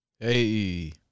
Hey